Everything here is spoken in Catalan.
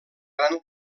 gran